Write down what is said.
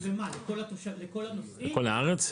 50% למה לכל הנוסעים?